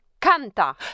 Canta